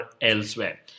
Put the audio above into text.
elsewhere